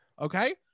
Okay